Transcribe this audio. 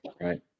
Right